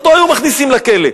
אותו היו מכניסים לכלא.